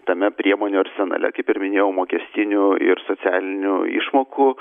tame priemonių arsenale kaip ir minėjau mokestinių ir socialinių išmokų